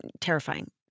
terrifying